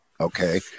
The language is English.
Okay